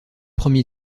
premier